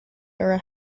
era